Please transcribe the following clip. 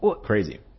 crazy